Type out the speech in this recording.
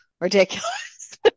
ridiculous